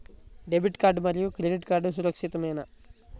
Debit card మరియు credit card సురక్షితమేనా?